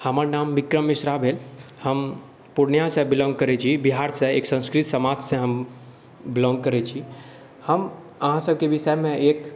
हमर नाम विक्रम मिश्रा भेल हम पूर्णियासँ बिलॉंग करै छी बिहारसँ एक संस्कृत समाजसे हम बिलाँग करै छी हम अहाँसबके विषयमे एक